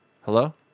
Hello